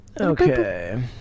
Okay